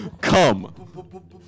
come